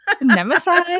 nemesis